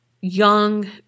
young